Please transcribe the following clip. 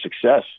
success